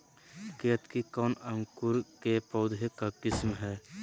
केतकी कौन अंकुर के पौधे का किस्म है?